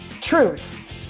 Truth